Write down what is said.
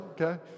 okay